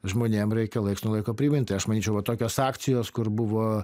žmonėm reikia laikas nuo laiko primint tai aš manyčiau va tokios akcijos kur buvo